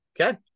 Okay